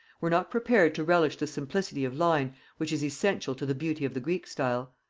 were not prepared to relish the simplicity of line which is essential to the beauty of the greek style.